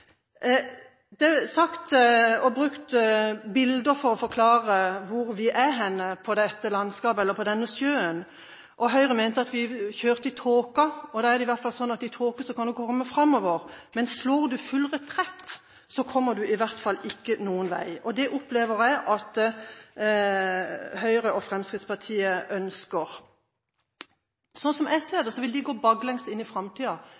Det er sagt og brukt bilder for å forklare hvor vi er i dette landskapet, eller på denne sjøen. Høyre mente at vi kjørte i tåke. Da er det i hvert fall slik at i tåke kan en komme framover, men slår en full retrett, kommer en ikke noen vei. Det opplever jeg at Høyre og Fremskrittspartiet ønsker. Slik jeg ser det, vil de gå baklengs inn i framtida.